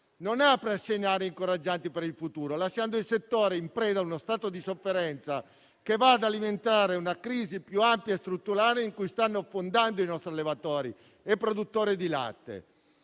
non apre a segnali incoraggianti per il futuro, lasciando il settore in preda a uno stato di sofferenza che va ad alimentare una crisi più ampia e strutturale, in cui stanno affondando i nostri allevatori e produttori di latte.